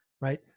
Right